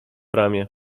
ramię